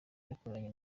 yakoranye